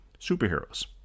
superheroes